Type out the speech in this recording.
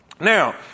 Now